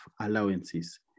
allowances